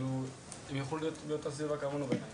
זה יאפשר להם לחיות בסביבה כמו שלנו.